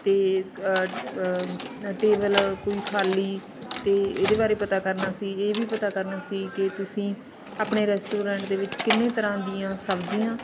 ਅਤੇ ਟੇਬਲ ਕੋਈ ਖਾਲੀ ਅਤੇ ਇਹਦੇ ਬਾਰੇ ਪਤਾ ਕਰਨਾ ਸੀ ਇਹ ਵੀ ਪਤਾ ਕਰਨਾ ਸੀ ਕਿ ਤੁਸੀਂ ਆਪਣੇ ਰੈਸਟੋਰੈਂਟ ਦੇ ਵਿੱਚ ਕਿੰਨੇ ਤਰ੍ਹਾਂ ਦੀਆਂ ਸਬਜ਼ੀਆਂ